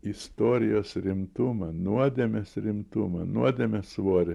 istorijos rimtumą nuodėmės rimtumą nuodėmės svorį